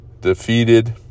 defeated